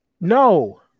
no